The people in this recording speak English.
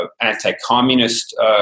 anti-communist